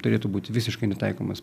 turėtų būti visiškai netaikomas